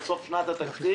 בסוף שנת התקציב,